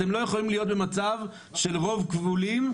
אתם לא יכולים להיות במצב של רוב כבולים.